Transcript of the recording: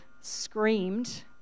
screamed